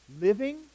living